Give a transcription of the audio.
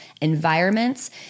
environments